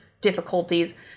difficulties